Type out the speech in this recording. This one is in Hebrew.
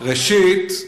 ראשית,